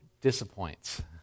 disappoints